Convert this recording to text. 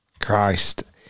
Christ